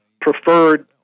preferred